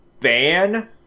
ban